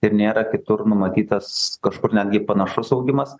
ir nėra kitur numatytas kažkur netgi panašus augimas